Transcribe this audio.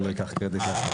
אני לא אקח קרדיט לעצמי.